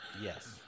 Yes